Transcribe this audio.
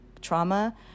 trauma